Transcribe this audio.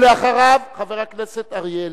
ואחריו, חבר הכנסת אריה אלדד,